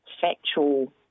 factual